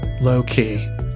low-key